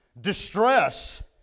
distress